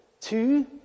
Two